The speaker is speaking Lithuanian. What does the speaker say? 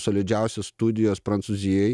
solidžiausios studijos prancūzijoj